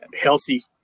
healthy